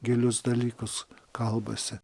gilius dalykus kalbasi